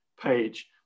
page